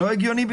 על מה?